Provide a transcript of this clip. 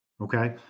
okay